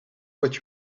what